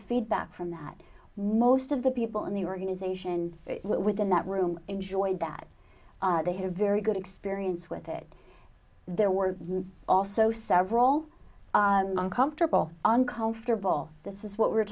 feedback from that whilst of the people in the organization within that room enjoyed that they had very good experience with it there were also several uncomfortable uncomfortable this is what we're